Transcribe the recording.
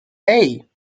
hey